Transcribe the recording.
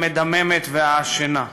המדממת והעשנה.